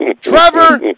Trevor